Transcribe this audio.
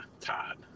Todd